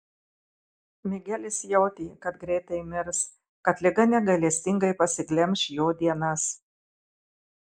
migelis jautė kad greitai mirs kad liga negailestingai pasiglemš jo dienas